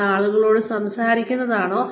അത് ആളുകളോട് സംസാരിക്കുന്നതാണോ